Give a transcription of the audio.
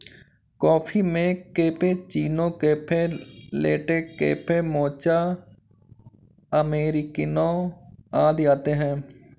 coffee में cappuccino, cafe latte, cafe mocha, अमेरिकनों आदि आते है